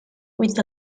with